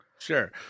Sure